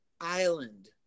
island